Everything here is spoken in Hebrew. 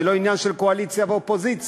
זה לא עניין של קואליציה ואופוזיציה,